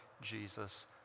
Jesus